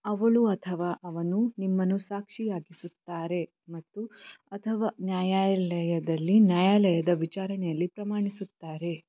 ಅವಳು ಅಥವಾ ಅವನು ನಿಮ್ಮನ್ನು ಸಾಕ್ಷಿಯಾಗಿಸುತ್ತಾರೆ ಮತ್ತು ಅಥವಾ ನ್ಯಾಯಾಲಯದಲ್ಲಿ ನ್ಯಾಯಾಲಯದ ವಿಚಾರಣೆಯಲ್ಲಿ ಪ್ರಮಾಣಿಸುತ್ತಾರೆ